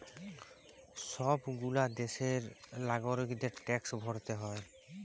সব গুলা দ্যাশের লাগরিকদের ট্যাক্স ভরতে হ্যয়